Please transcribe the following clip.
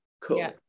Cool